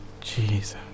Jesus